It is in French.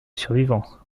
survivants